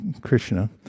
Krishna